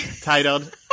titled